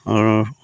আৰু